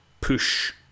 push